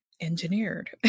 engineered